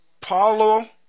Paulo